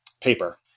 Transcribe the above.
paper